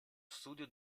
studio